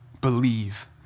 Believe